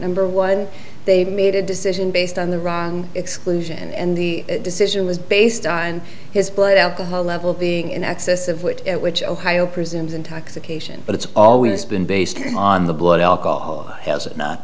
number one they've made a decision based on the wrong exclusion and the decision was based on his plate alcohol level being in excess of which it which ohio presumes intoxication but it's always been based on the blood alcohol has